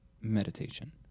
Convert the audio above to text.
Meditation